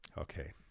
Okay